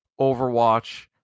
Overwatch